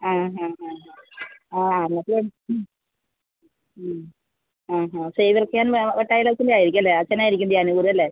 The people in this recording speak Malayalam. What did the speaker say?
ആ ആ ഹാ ആ രാത്രിയായിട്ട് ആ ആ സേവിയർ കാൻ വ വട്ടായിലച്ചൻറെ ആയിരിക്കുമല്ലേ അച്ചൻ ആയിരിക്കും ധ്യാനം കൂടുമല്ലേ